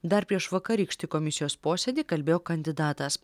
dar prieš vakarykštį komisijos posėdį kalbėjo kandidatas